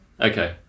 Okay